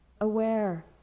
aware